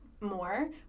more